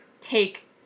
take